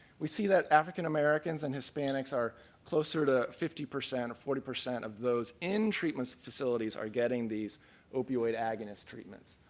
we see that african-americans and hispanics are closer to fifty percent or forty percent of those in treatment facilities are getting these opioid agonist treatments.